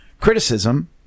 criticism